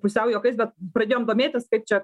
pusiau juokais bet pradėjom domėtis kaip čia